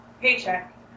paycheck